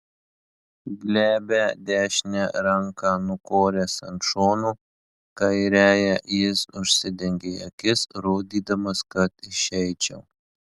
glebią dešinę ranką nukoręs ant šono kairiąja jis užsidengė akis rodydamas kad išeičiau